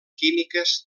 químiques